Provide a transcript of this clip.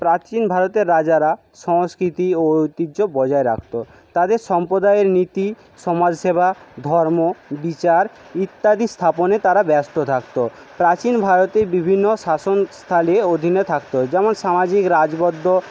প্রাচীন ভারতের রাজারা সংস্কৃতি ও ঐতিহ্য বজায় রাখত তাদের সম্পদায়ের নীতি সমাজসেবা ধর্ম বিচার ইত্যাদি স্থাপনে তারা ব্যস্ত থাকত প্রাচীন ভারতের বিভিন্ন শাসনস্থালে অধীনে থাকত যেমন সামাজিক রাজবদ্ধ